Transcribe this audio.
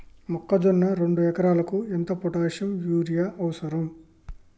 మొక్కజొన్న రెండు ఎకరాలకు ఎంత పొటాషియం యూరియా అవసరం?